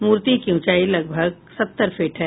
मूर्ति की उंचाई लगभग सत्तर फीट है